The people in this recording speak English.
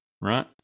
right